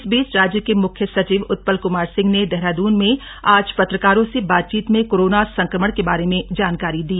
इस बीच राज्य के मुख्य सचिव उत्पल कमार सिंह ने देहरादून में आज पत्रकारों से बातचीत में कोरोना संक्रमण के बारे में जानकारी दी